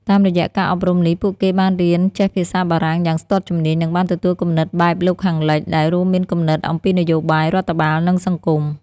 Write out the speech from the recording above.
តាមរយៈការអប់រំនេះ ពួកគេបានរៀនចេះភាសាបារាំងយ៉ាងស្ទាត់ជំនាញ និងបានទទួលគំនិតបែបលោកខាងលិច ដែលរួមមានគំនិតអំពីនយោបាយ រដ្ឋបាល និងសង្គម។